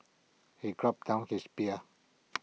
he gulped down his beer